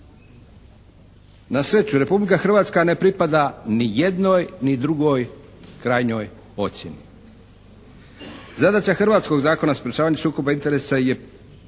Na sreću, Republika Hrvatska ne pripada ni jednoj ni drugoj krajnjoj ocjeni. Zadaća hrvatskog Zakona o sprječavanju sukoba interesa je